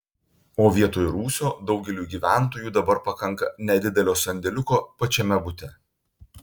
o vietoj rūsio daugeliui gyventojų dabar pakanka nedidelio sandėliuko pačiame bute